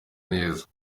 neza